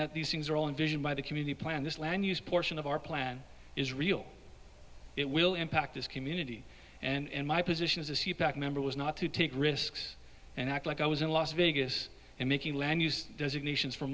that these things are all envisioned by the community plan this land use portion of our plan is real it will impact this community and my position as a c back member was not to take risks and act like i was in las vegas and making land use designations f